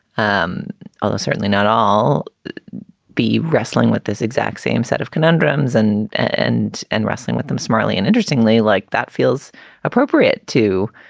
um although certainly not all be wrestling with this exact same set of conundrums and and and wrestling with them smartly and interestingly like that feels appropriate to,